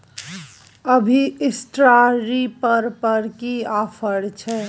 अभी straw reaper पर की ऑफर छै?